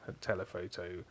telephoto